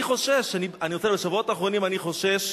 בשבועות האחרונים אני חושש.